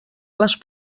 les